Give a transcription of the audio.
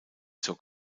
zur